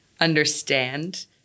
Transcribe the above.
understand